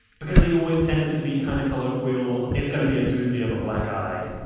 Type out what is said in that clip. because they always tended to be kind of colloquial. it's going to be a doozy of a black eye.